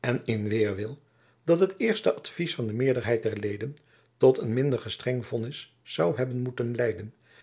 en in weêrwil dat het eerste advys van de meerderheid der leden tot een minder gestreng vonnis zoû hebben moeten leiden